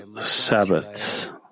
Sabbaths